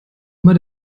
immer